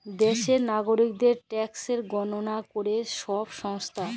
দ্যাশের লাগরিকদের ট্যাকসের গললা ক্যরে ছব সংস্থা